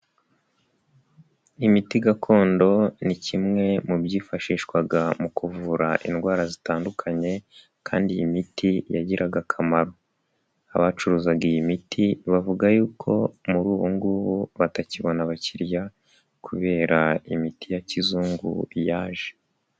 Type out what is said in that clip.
Imiti gakondo ni kimwe mu byifashishwaga mu kuvura indwara zitandukanye kandi iyi miti yagiraga akamaro, abacuruzaga iyi miti bavuga yuko muri ubu ngubu batakibona abakiriya kubera imiti ya kizungu yaje.